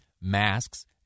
Masks